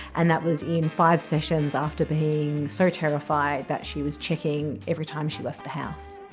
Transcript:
and that was in five sessions after being so terrified that she was checking every time she left the house.